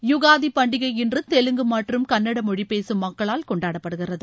யுகாதி பண்டகை இன்று தெலுங்கு மற்றும் கன்னட மொழி பேசும் மக்களால் கொண்டாடப்படுகிறது